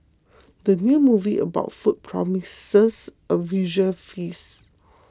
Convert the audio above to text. the new movie about food promises a visual feast